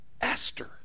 Esther